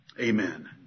Amen